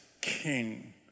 king